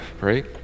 right